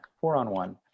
four-on-one